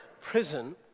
prison